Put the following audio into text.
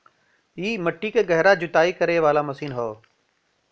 इ मट्टी के गहरा जुताई करे वाला मशीन हौ